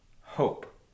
hope